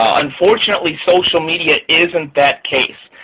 unfortunately, social media isn't that case.